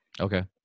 okay